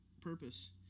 purpose